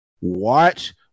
Watch